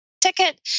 ticket